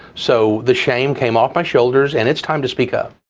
so the shame came off my shoulders and it's time to speak up.